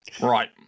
Right